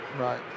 Right